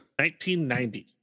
1990